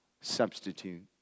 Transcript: substitute